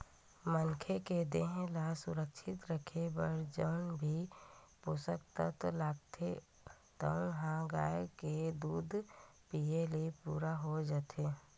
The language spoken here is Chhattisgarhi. मनखे के देहे ल सुवस्थ राखे बर जउन भी पोसक तत्व लागथे तउन ह गाय के दूद पीए ले पूरा हो जाथे